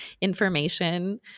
information